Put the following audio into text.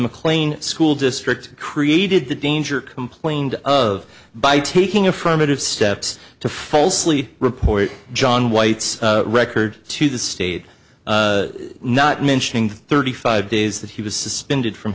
mclean school district created the danger complained of by taking a front of steps to falsely report john white's record to the state not mentioning thirty five days that he was suspended from